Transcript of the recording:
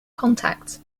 contacts